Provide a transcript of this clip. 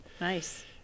Nice